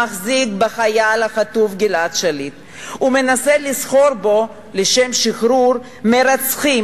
המחזיק בחייל החטוף גלעד שליט ומנסה לסחור בו לשם שחרור מרצחים